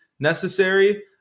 Necessary